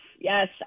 Yes